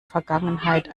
vergangenheit